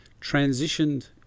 Transitioned